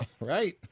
right